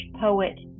poet